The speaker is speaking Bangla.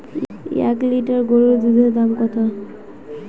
এক লিটার গোরুর দুধের দাম কত?